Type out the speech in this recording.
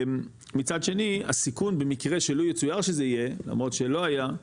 ומצד שני הסיכון במקרה שלא יצויר שזה יהיה למרות שלא היה,